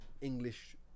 English